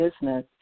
business